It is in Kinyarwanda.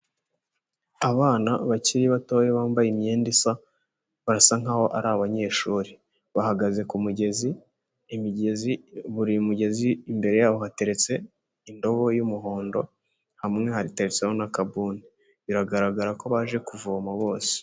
Abana bakiri batoya bambaye imyenda isa, barasa nk'aho ari abanyeshuri, bahagaze ku mugezi, imigezi buri mugezi imbere yaho hateretse indobo y'umuhondo, hamwe hateretseho n'akabuni, biragaragara ko baje kuvoma bose.